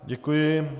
Děkuji.